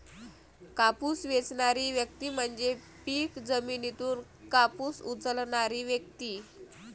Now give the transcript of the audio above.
कापूस वेचणारी व्यक्ती म्हणजे पीक जमिनीतून कापूस उचलणारी व्यक्ती